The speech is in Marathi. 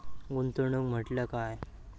गुंतवणूक म्हटल्या काय?